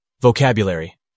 Vocabulary